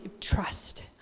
trust